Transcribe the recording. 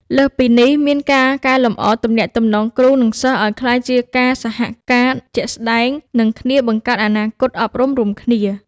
លើសពីនេះមានការកែលម្អទំនាក់ទំនងគ្រូនិងសិស្សឲ្យក្លាយជាការសហការណ៍ជាក់ស្តែងនឹងគ្នាបង្កើតអនាគតអប់រំរួមគ្នា។